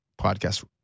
podcast